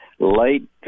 Late